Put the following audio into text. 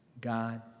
God